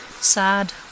Sad